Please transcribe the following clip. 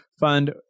fund